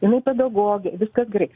jinai pedagogė viskas gerai